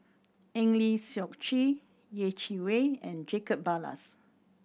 Eng Lee Seok Chee Yeh Chi Wei and Jacob Ballas